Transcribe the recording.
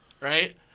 Right